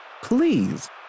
Please